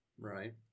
Right